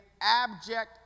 abject